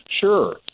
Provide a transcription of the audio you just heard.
Sure